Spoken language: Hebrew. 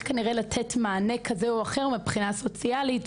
כנראה לתת מענה כזה או אחר מבחינה סוציאלית,